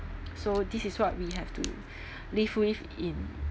so this is what we have to live with in